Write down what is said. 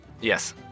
Yes